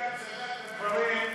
לפי הצגת הדברים,